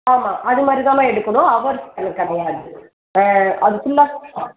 ஆமாம் அது மாதிரி தாம்மா எடுக்கணும் ஹவர்ஸ் கணக்கு கிடையாது ஆ அது ஃபுல்லாக